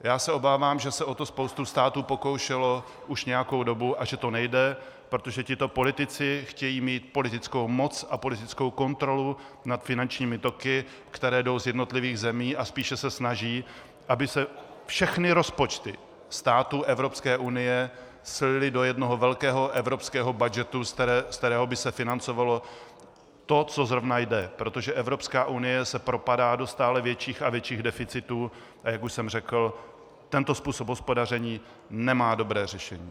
Já se obávám, že se o to spousta států pokoušela už nějakou dobu a že to nejde, protože tito politici chtějí mít politickou moc a politickou kontrolu nad finančními toky, které jsou z jednotlivých zemí, a spíše se snaží, aby se všechny rozpočty států Evropské unie slily do jednoho velkého evropského budgetu, ze kterého by se financovalo to, co zrovna jde, protože Evropská unie se propadá do stále větších a větších deficitů, a jak už jsem řekl, tento způsob hospodaření nemá dobré řešení.